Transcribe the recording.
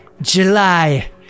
July